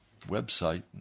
website